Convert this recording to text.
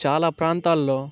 చాలా ప్రాంతాల్లో